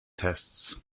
tests